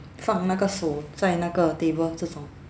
放那个手在那个 table 这种